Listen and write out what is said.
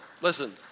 listen